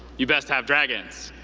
you best have dragons.